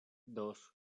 dos